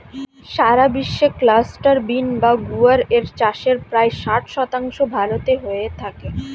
সারা বিশ্বে cluster bean বা গুয়ার এর চাষের প্রায় ষাট শতাংশ ভারতে হয়ে থাকে